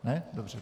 Ne. Dobře.